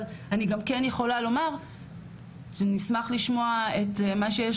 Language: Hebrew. אבל אני גם כן יכולה לומר שנשמח לשמוע את מה שיש